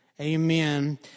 Amen